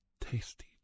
tasty